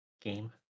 game